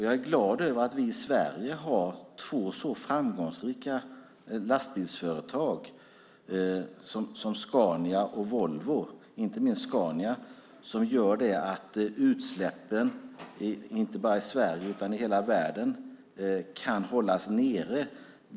Jag är glad att vi i Sverige har två så framgångsrika lastbilsföretag som Volvo och inte minst Scania som gör att utsläppen inte bara i Sverige utan i hela världen kan hållas nere.